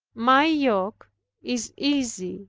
my yoke is easy,